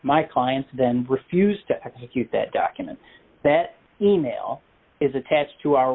my client's then refused to execute that document that e mail is attached to our